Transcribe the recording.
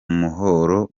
muhoro